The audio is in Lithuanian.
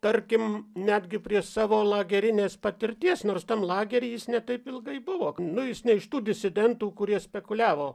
tarkim netgi prie savo lagerinės patirties nors tam lagery jis ne taip ilgai buvo nu jis ne iš tų disidentų kurie spekuliavo